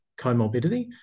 comorbidity